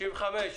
הצבעה אושר.